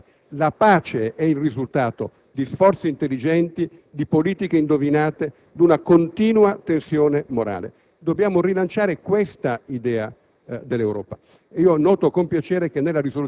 la storia porta naturalmente verso la guerra; la pace è il risultato di sforzi intelligenti, di politiche indovinate, di una continua tensione morale. Dobbiamo rilanciare questa idea